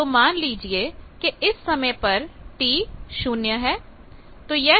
तो मान लीजिए कि इस समय पर t 0 है